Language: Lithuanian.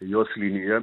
jos linija